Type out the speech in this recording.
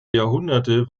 jahrhunderte